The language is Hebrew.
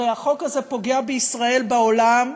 הרי החוק הזה פוגע בישראל בעולם,